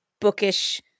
bookish